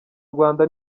rwanda